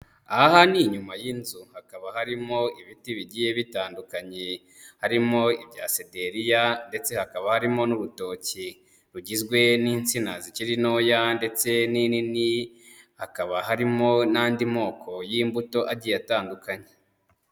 Aha ni inyuma y'inzu hakaba harimo ibiti bigiye bitandukanye, harimo ibya sederia, ndetse hakaba harimo n'urutoki, rugizwe n'insina zikiri ntoya, ndetse n'inini, hakaba harimo n'andi moko y'imbuto agiye atandukanye.